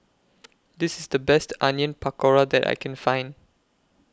This IS The Best Onion Pakora that I Can Find